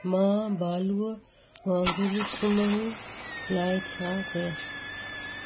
मां भालूअ वांगुरु सुम्हण लाइ छा कयां